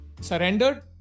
surrendered